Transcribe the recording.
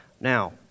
Now